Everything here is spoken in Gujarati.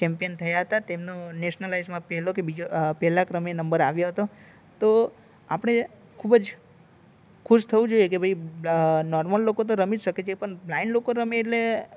ચેમ્પિયન થયા હતા તેમનો નેશનલાઈઝમાં પહેલો કે બીજો પહેલા ક્રમે નંબર આવ્યો હતો તો આપણે ખુબ જ ખુશ થવું જોઈએ કે ભાઈ નોર્મલ લોકો તો રમી જ શકે છે પણ બ્લાઈન્ડ લોકો રમે એટલે